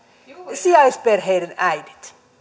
sijaisperheiden äidit